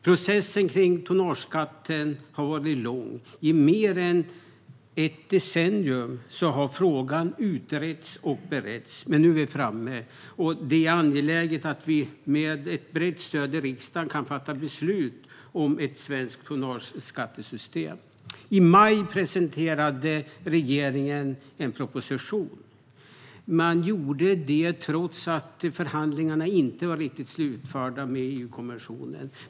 Processen kring tonnageskatten har varit lång. I mer än ett decennium har frågan utretts och beretts, men nu är vi framme. Det är angeläget att vi med ett brett stöd i riksdagen kan fatta beslut om ett svenskt tonnageskattesystem. I maj presenterade regeringen en proposition. Man gjorde det trots att förhandlingarna med EU-kommissionen inte var riktigt slutförda.